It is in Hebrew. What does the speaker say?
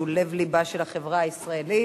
שהוא לב לבה של החברה הישראלית.